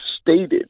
stated